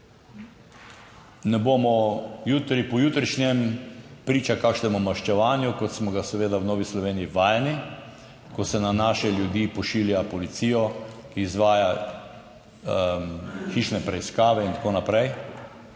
ne bomo jutri, pojutrišnjem priča kakšnemu maščevanju, kot smo ga seveda v Novi Sloveniji vajeni, ko se na naše ljudi pošilja policijo, ki izvaja hišne preiskave in tako naprej,